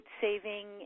saving